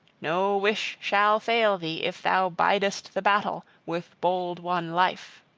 no wish shall fail thee if thou bidest the battle with bold-won life.